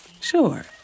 Sure